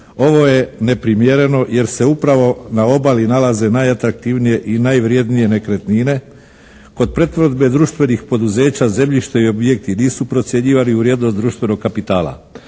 Ovo je neprimjereno jer se upravo na obali nalaze najatraktivnije I najvrjednije nekretnine. Kod pretvorbe društvenih poduzeća zemljišta i objekti nisu procjenjivani u vrijednost društvenog kapitala.